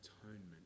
atonement